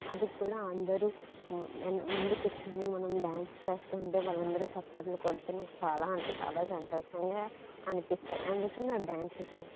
అది కూడా అందరూ ముందు కూర్చుని మనం డ్యాన్స్ చేస్తుంటే వాళ్ళందరూ చప్పట్లు కొడితే నాకు చాలా అంటే చాలా సంతోషంగా అనిపిస్తుంది అందుకు నాకు డ్యాన్స్ ఇష్టం